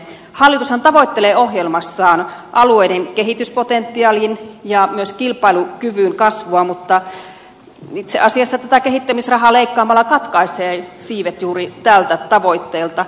hallitushan tavoittelee ohjelmassaan alueiden kehityspotentiaalin ja myös kilpailukyvyn kasvua mutta itse asiassa tätä kehittämisrahaa leikkaamalla katkaisee siivet juuri tältä tavoitteelta